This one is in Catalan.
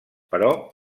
però